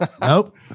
Nope